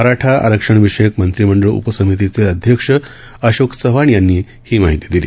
मरा ा आरक्षण विषयक मंत्रीमंडळ उपसमितीचे अध्यक्ष अशोक चव्हाण यांनी ही माहिती दिली